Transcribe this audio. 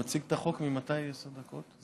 מציג את החוק, ממתי עשר דקות?